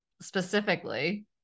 specifically